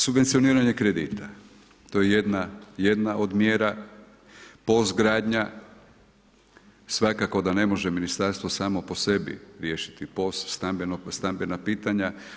Subvencioniranje kredita, to je jedna od mjera, POS gradnja, svakako da ne može ministarstvo samo po sebi riješiti POS stambena pitanja.